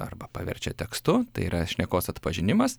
arba paverčia tekstu tai yra šnekos atpažinimas